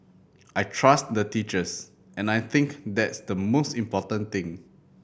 I trust the teachers and I think that's the most important thing